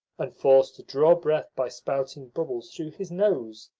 and forced to draw breath by spouting bubbles through his nose.